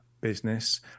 business